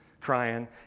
crying